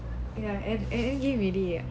ya இறங்கி விடிய:irangi vidiya